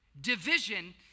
Division